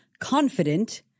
confident